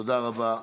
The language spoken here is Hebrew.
תודה רבה לשרה.